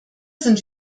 sind